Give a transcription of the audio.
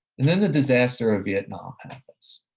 and then the disaster of vietnam happens,